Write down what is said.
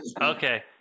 Okay